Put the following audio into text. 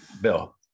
Bill